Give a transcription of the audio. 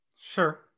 sure